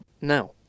Now